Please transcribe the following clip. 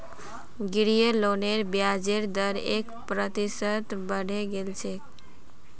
गृह लोनेर ब्याजेर दर एक प्रतिशत बढ़े गेल छेक